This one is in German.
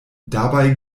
dabei